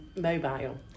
mobile